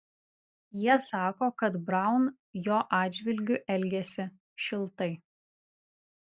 jie sako kad braun jo atžvilgiu elgėsi šiltai